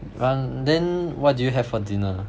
然 then what did you have for dinner